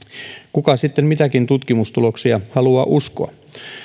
kuka sitten mitäkin tutkimustuloksia haluaa uskoa